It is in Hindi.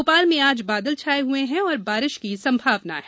मोपाल में आज बादल छाये हुए हैं और बारिश की संमावना है